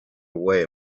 away